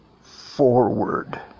forward